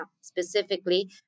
specifically